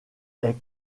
est